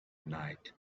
night